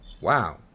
Wow